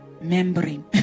membrane